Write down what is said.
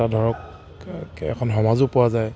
ধৰক এখন সমাজো পোৱা যায়